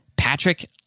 Patrick